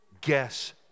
Guess